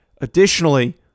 Additionally